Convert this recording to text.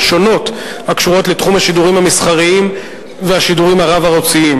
שונות הקשורות לתחום השידורים המסחריים והשידורים הרב-ערוציים: